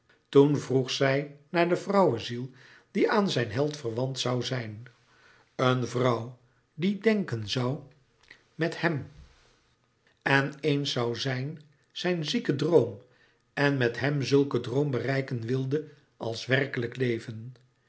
toen vroeg zij naar de vrouweziel die aan zijn held verwant zoû zijn een vrouw die denken zoû met hem en eens zoû zijn zijn zieke droom en met hem zulken droom bereiken wilde als werkelijk leven